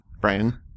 brian